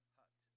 hut